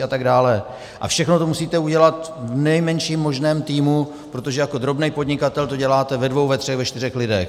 A všechno to musíte udělat v nejmenším možném týmu, protože jako drobný podnikatel to děláte ve dvou, ve třech, ve čtyřech lidech.